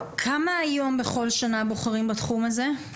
כמה בכל שנה בוחרים בתחום הזה?